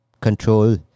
control